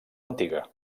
antiga